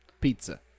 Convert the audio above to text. Pizza